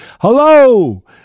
Hello